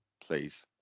please